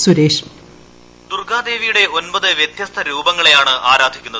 Suresh voice ദുർഗാദേവിയുടെ ഒൻപതി സ്ക്യത്യസ്ത രൂപങ്ങളെയാണ് ആരാധിക്കുന്നത്